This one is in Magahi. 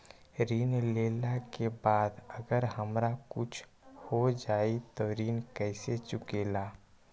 ऋण लेला के बाद अगर हमरा कुछ हो जाइ त ऋण कैसे चुकेला?